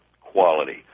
quality